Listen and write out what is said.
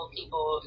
people